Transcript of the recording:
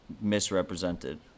misrepresented